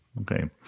Okay